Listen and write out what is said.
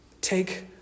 Take